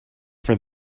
for